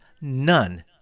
none